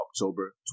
October